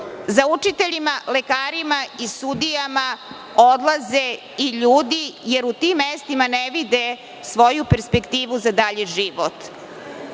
Za učiteljima, lekarima i sudijama odlaze i ljudi, jer u tim mestima ne vide svoju perspektivu za dalji život.